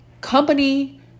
company